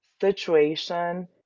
situation